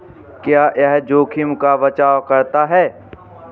क्या यह जोखिम का बचाओ करता है?